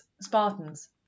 Spartans